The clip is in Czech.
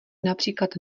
například